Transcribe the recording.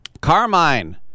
Carmine